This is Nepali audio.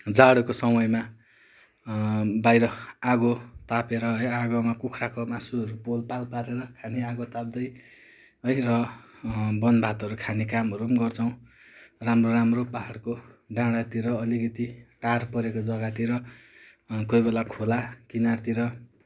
जाडोको समयमा बाहिर आँगो तापेर है आँगोमा कुखुराको मासुहरू पोलपाल पारेर खाने आँगो ताप्दै है र वनभातहरू खाने कामहरू पनि गर्छौँ राम्रो राम्रो पाहाडको डाँडातिर अलिकति टार परेको जग्गातिर कोही बेला खोला किनारतिर